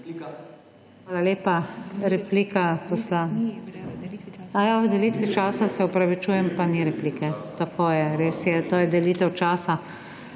Hvala lepa. replika…. V delitvi časa, se opravičujem, pa ni replike. Tako je, res je. To je delitev časa,